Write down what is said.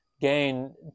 gain